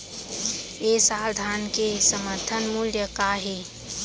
ए साल धान के समर्थन मूल्य का हे?